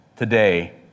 Today